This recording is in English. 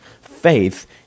Faith